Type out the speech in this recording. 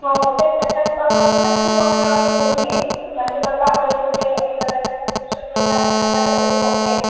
हो हो तेच त्याच्या अकॉर्डिंगच तू कपडे वगैरे घेऊन ये म्हणजे कसं आपल्याला तिथे हे करायचं असेल त्या त्या रंगाचे कपडे घालता येतील